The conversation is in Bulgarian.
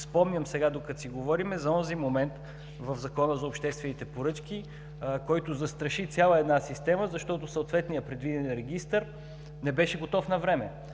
като услуга. Докато си говорим, си спомням за онзи момент в Закона за обществените поръчки, който застраши цяла една система, защото съответният предвиден регистър не беше готов навреме.